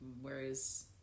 whereas